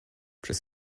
przez